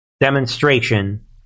demonstration